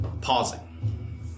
Pausing